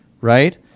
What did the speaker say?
right